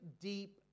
deep